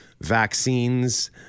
vaccines